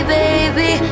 baby